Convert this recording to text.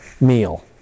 meal